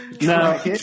no